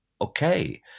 Okay